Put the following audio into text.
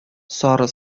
сары